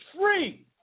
free